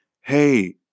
hey